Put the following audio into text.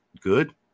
good